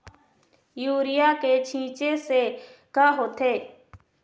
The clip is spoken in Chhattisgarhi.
यूरिया के छींचे से का होथे?